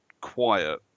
Quiet